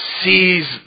sees